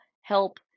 help